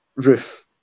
Roof